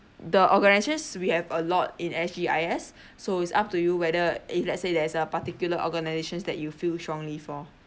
the organisations we have a lot in S_G_I_S so it's up to you whether if let's say there's a particular organisations that you feel strongly for